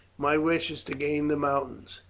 my wish is to gain the mountains.